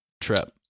trip